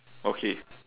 okay